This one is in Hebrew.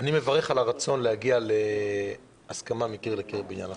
אני מברך על הרצון להגיע להסכמה מקיר לקיר בעניין החוק.